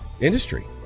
industry